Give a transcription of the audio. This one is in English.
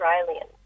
Australian